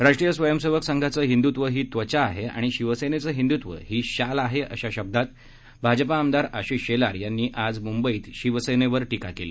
राष्ट्रीय स्वयंसेवक संघाचं हिंदुत्व ही त्वचा आहे आणि शिवसेनेचं हिंदुत्व ही शाल आहे अशा शब्दांत भाजपा आमदार आशिष शेलार यांनी आज मुंबईत शिवसेनेवर टीका केली